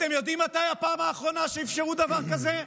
אתם יודעים מתי הייתה הפעם האחרונה שאפשרו דבר כזה?